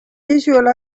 visual